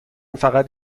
فقط